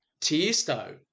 Tiesto